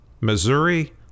Missouri